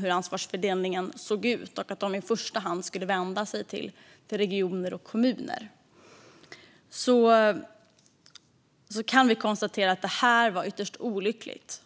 hur ansvarsfördelningen såg ut och att de i första hand skulle vända sig till regioner och kommuner kan vi konstatera att detta var ytterst olyckligt.